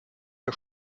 der